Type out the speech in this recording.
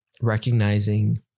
recognizing